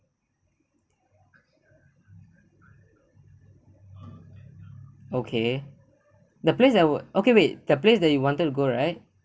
okay the place I would okay wait the place that you wanted to go right